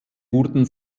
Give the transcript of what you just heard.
wurden